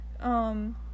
um-